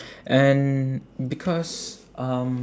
and because um